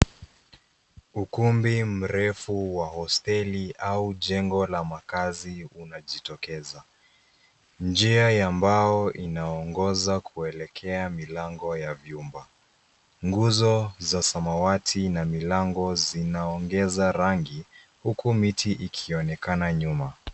Ukumbi mrefu wa hosteli au jengo la makazi unajitokeza. Njia ya mbao inaongoza kuelekea milango ya vyumba. Nguzo za samawati na milango zinaongeza rangi, huku miti ikionekana nyuma.